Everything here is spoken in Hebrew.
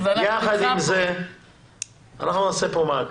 אנחנו נעשה כאן מעקב.